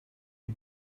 you